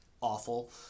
awful